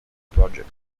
project